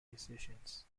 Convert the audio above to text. musicians